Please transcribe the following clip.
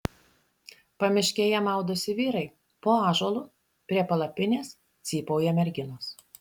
pamiškėje maudosi vyrai po ąžuolu prie palapinės cypauja merginos